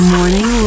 Morning